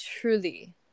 truly